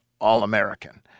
All-American